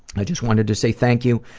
i just wanted to say thank you,